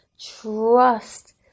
Trust